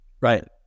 Right